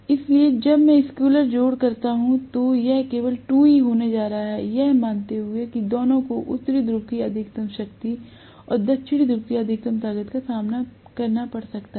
इसलिए जब मैं स्केलर जोड़ करता हूं तो यह केवल 2E होने जा रहा है यह मानते हुए कि दोनों को उत्तरी ध्रुव की अधिकतम शक्ति और दक्षिण ध्रुव की अधिकतम ताकत का सामना करना पड़ रहा है